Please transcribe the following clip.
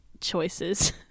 choices